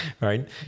Right